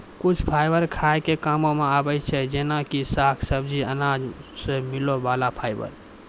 कुछ फाइबर खाय के कामों मॅ आबै छै जेना कि साग, सब्जी, अनाज सॅ मिलै वाला फाइबर